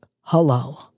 hello